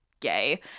gay